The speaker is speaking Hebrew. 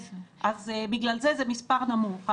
בגלל זה המספר נמוך.